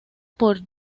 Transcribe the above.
por